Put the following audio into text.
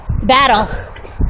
battle